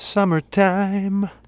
Summertime